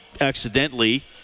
accidentally